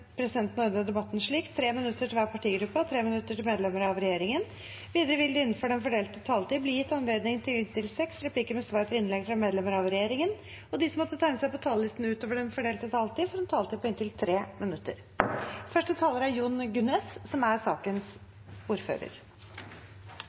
presidenten vil ordne debatten slik: 3 minutter til hver partigruppe og 3 minutter til medlemmer av regjeringen. Videre vil det – innenfor den fordelte taletid – bli gitt anledning til inntil seks replikker med svar etter innlegg fra medlemmer av regjeringen, og de som måtte tegne seg på talerlisten utover den fordelte taletid, får også en taletid på inntil 3 minutter. Det er en samlet næringskomité som